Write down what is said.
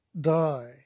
die